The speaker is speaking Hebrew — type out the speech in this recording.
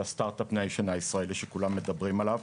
של הסטרטאפ ניישן הישראלי שכולם מדברים עליו.